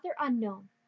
unknown